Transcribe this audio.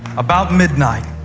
about midnight.